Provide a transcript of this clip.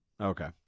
Okay